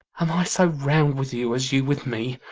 am i so round with you, as you with me,